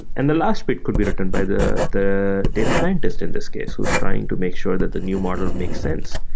and the last bit could be written by the the data scientist, in this case, who's trying to make sure that the new model makes sense.